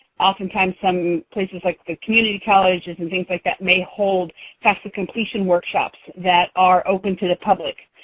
oftentimes, some places like the community colleges and things like that may hold fafsa completion workshops that are open to the public.